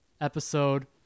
episode